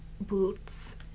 Boots